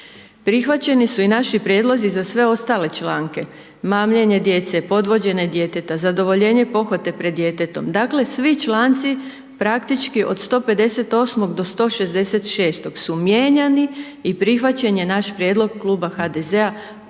Prihvaćeni su i naši prijedlozi za sve ostale članke, mamljenje djece, podvođenje djeteta, zadovoljenje pohote pred djetetom, dakle svi članci praktički od 158. do 166. su mijenjani i prihvaćen je naš prijedlog Kluba HDZ-a dakle